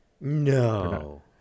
No